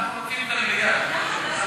אנחנו רוצים את המליאה.